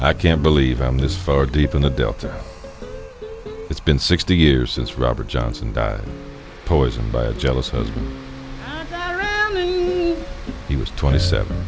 i can't believe i'm this far deep in the delta it's been sixty years since robert johnson died poisoned by a jealous husband me he was twenty seven